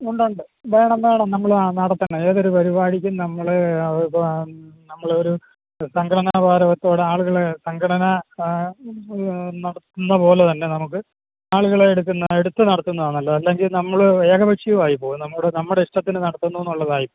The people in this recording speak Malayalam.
ഉണ്ട് ഉണ്ട് വേണം വേണം നമ്മൾ നടത്തണം ഏതൊരു പരിപാടിക്കും നമ്മൾ അത് ഇപ്പം നമ്മളൊരു സംഘടന ആളുകൾ സംഘടന നടത്തുന്ന പോലെ തന്നെ നമുക്ക് ആളുകളെയെടുക്കുന്ന എടുത്ത് നടത്തുന്നതാണ് നല്ലത് അല്ലെങ്കിൽ നമ്മൾ ഏകപക്ഷീയമായിപ്പോകും നമ്മളുടെ നമ്മുടെ ഇഷ്ടത്തിന് നടത്തുന്നുന്നുള്ളതായിപ്പോകും